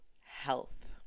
health